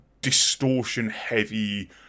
distortion-heavy